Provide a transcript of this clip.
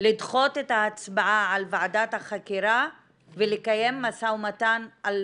לדחות את ההצבעה על ועדת החקירה ולקיים משא ומתן על